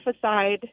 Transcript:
aside